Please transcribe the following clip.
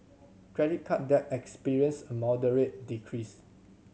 credit card debt experienced a moderate decrease